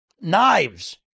knives